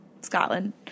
Scotland